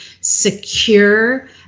secure